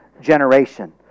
generation